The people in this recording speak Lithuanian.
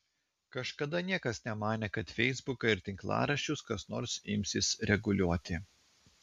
kažkada niekas nemanė kad feisbuką ir tinklaraščius kas nors imsis reguliuoti